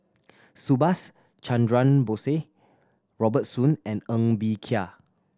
Subhas Chandra Bose Robert Soon and Ng Bee Kia